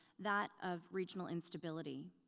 that of regional instability.